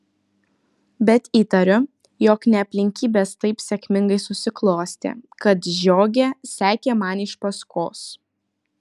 bet įtariu jog ne aplinkybės taip sėkmingai susiklostė kad žiogė sekė man iš paskos